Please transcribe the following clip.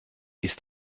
ist